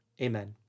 Amen